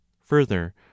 further